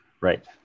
Right